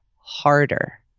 harder